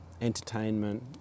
entertainment